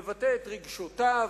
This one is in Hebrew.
לבטא את רגשותיו,